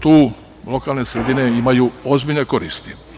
tu lokalne sredine imaju ozbiljne koristi.